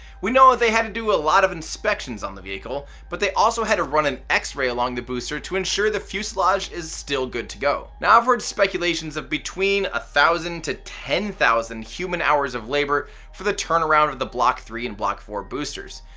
we know they had to do a lot of inspections on the vehicle but they also had to run an x-ray along the booster to ensure the fuselage is still good to go. now i've heard speculations of between one ah thousand to ten thousand human hours of labor for the turnaround of the block three and block four boosters.